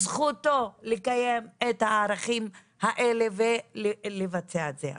זכותו לקיים את הערכים האלה ולבצע את זה.